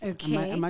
Okay